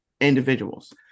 individuals